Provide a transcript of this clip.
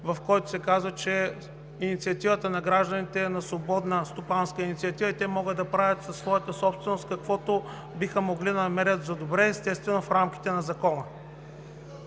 в който се казва, че инициативата на гражданите е на свободната стопанска инициатива, и те могат да правят със своята собственост каквото биха могли да намерят за добре, естествено в рамките на закона?